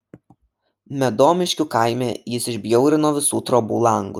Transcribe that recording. medomiškių kaime jis išbjaurino visų trobų langus